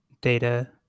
data